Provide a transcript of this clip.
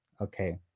okay